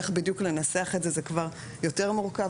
איך בדיוק לנסח את הדבר הזה זה כבר יותר מורכב.